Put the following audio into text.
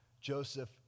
Joseph